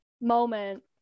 moment